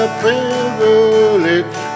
privilege